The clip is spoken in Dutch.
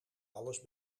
alles